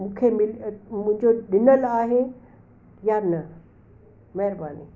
मूंखे मुंहिंजो ॾिनल आहे या न महिरबानी